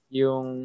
yung